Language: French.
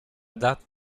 date